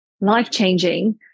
life-changing